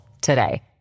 today